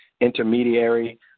intermediary